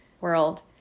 world